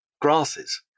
grasses